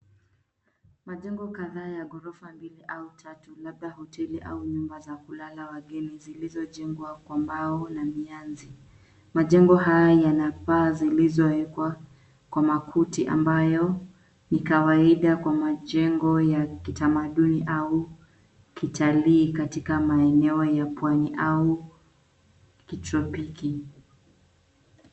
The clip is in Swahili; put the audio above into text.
Majengo kadhaa ya ghorofa mbili au tatu, labda hoteli au nyumba za kulala wageni zilizojengwa kwa mbao na mianzi. Majengo haya yana paa zilizoekwa kwa makuti ambayo ni kawaida kwa majengo ya kitamaduni au kitalii katika maeneo ya Pwani au kitropiki .